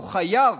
הוא חייב,